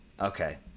Okay